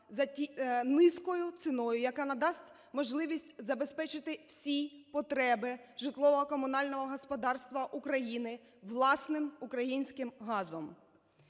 за низькою ціною, яка надасть можливість забезпечити всі потреби житлово-комунального господарства України власним українським газом;